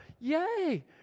yay